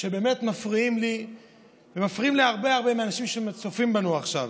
שבאמת מפריעות לי ומפריעות להרבה הרבה מהאנשים שצופים בנו עכשיו.